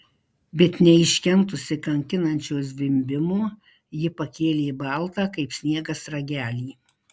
bet neiškentusi kankinančio zvimbimo ji pakėlė baltą kaip sniegas ragelį